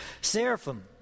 Seraphim